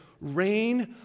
rain